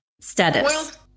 status